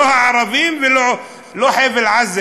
לא הערבים ולא חבל-עזה,